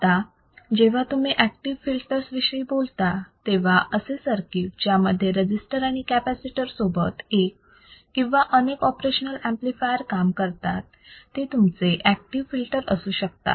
आता जेव्हा तुम्ही ऍक्टिव्ह फिल्टरस विषयी बोलता तेव्हा असे सर्किट ज्यामध्ये रजिस्टर आणि कॅपॅसिटर सोबत एक किंवा अनेक ऑपरेशनल ऍम्प्लिफायर काम करतात ते तुमचे ऍक्टिव्ह फिल्टर असू शकतात